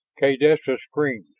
kaydessa screamed.